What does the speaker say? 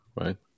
Right